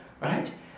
Right